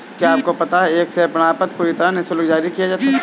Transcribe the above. क्या आपको पता है एक शेयर प्रमाणपत्र पूरी तरह से निशुल्क जारी किया जाता है?